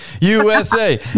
USA